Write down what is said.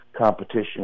competition